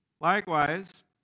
Likewise